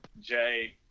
Jay